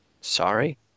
Sorry